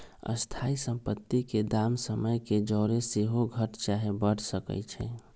स्थाइ सम्पति के दाम समय के जौरे सेहो घट चाहे बढ़ सकइ छइ